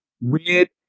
weird